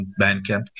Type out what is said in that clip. Bandcamp